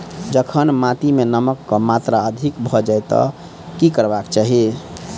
जखन माटि मे नमक कऽ मात्रा अधिक भऽ जाय तऽ की करबाक चाहि?